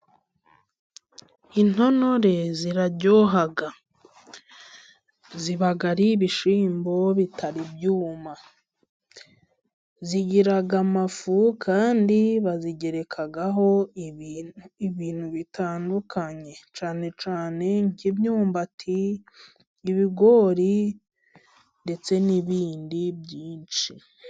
Intono ziraryoha ziba ari ibishyimbo bitari ibyuma. Zigira amafu kandi bazigerekaho ibintu bitandukanye cyane cyane nk'imyumbati , ibigori ndetse n'ibindi byinshi.